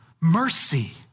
Mercy